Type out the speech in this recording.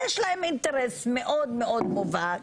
יש להם אינטרס מאוד מאוד מובן,